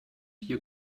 you